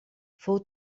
fou